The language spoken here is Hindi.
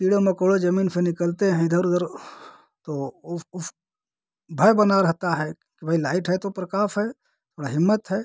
कीड़े मकौड़े जमीन से निकलते हैं इधर उधर तो उस उस भय बना रहता है कि भाई लाइट है तो प्रकाश है थोड़ा हिम्मत है